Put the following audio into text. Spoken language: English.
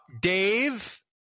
Dave